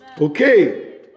Okay